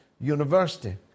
university